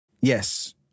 Yes